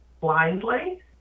blindly